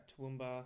Toowoomba